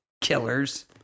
Killers